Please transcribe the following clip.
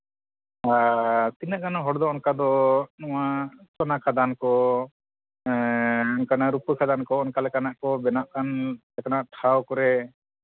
ᱟᱨ ᱛᱤᱱᱟᱹᱜ ᱜᱟᱱ ᱦᱚᱲ ᱫᱚ ᱚᱱᱠᱟ ᱫᱚ ᱱᱚᱣᱟ ᱥᱚᱱᱟ ᱠᱷᱟᱫᱟᱱ ᱠᱚ ᱚᱱᱠᱟᱱᱟᱜ ᱨᱩᱯᱟᱹ ᱠᱷᱟᱫᱟᱱ ᱠᱚ ᱚᱱᱠᱟ ᱞᱮᱠᱟᱱᱟᱜ ᱠᱚ ᱵᱮᱱᱟᱜ ᱠᱟᱱ ᱞᱮᱠᱟᱱᱟᱜ ᱴᱷᱟᱶ ᱠᱚᱨᱮ